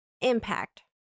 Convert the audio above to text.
impact